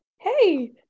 hey